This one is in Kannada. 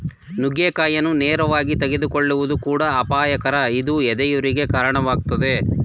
ನುಗ್ಗೆಕಾಯಿಯನ್ನು ನೇರವಾಗಿ ತೆಗೆದುಕೊಳ್ಳುವುದು ಕೂಡ ಅಪಾಯಕರ ಇದು ಎದೆಯುರಿಗೆ ಕಾಣವಾಗ್ತದೆ